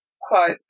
Quote